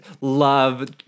love